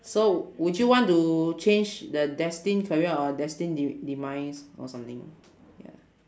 so would you want to change the destined career or destined de~ demise or something ya